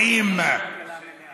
עיסאווי, אתה מרגיז אותי.